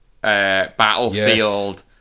battlefield